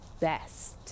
best